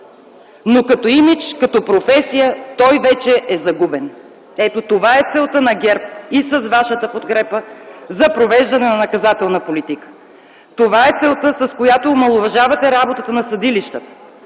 но като имидж, като професия той вече е загубен”. Ето, това е целта на ГЕРБ с вашата подкрепа за провеждане на наказателна политика. Това е целта, с която омаловажавате работата на съдилищата,